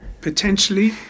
potentially